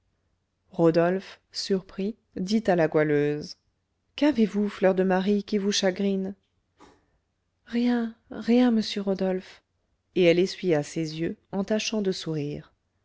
rodolphe surpris dit à la goualeuse qu'avez-vous fleur de marie qui vous chagrine rien rien monsieur rodolphe et elle essuya ses yeux en tâchant de sourire